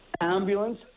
ambulance